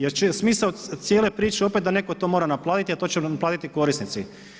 Jer smisao cijele priče je opet da netko to mora naplatiti a to će naplatiti korisnici.